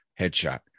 headshot